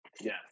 yes